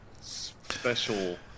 special